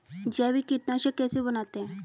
जैविक कीटनाशक कैसे बनाते हैं?